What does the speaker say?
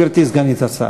גברתי, סגנית השר.